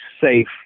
safe